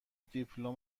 دیپلم